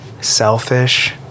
Selfish